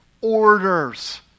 orders